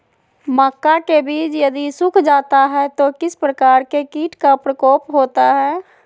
मक्का के बिज यदि सुख जाता है तो किस प्रकार के कीट का प्रकोप होता है?